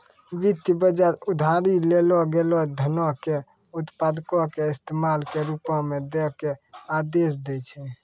वित्त बजार उधारी लेलो गेलो धनो के उत्पादको के इस्तेमाल के रुपो मे दै के आदेश दै छै